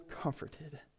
comforted